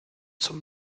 zum